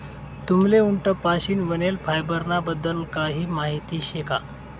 तुम्हले उंट पाशीन बनेल फायबर ना बद्दल काही माहिती शे का?